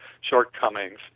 shortcomings